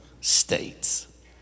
states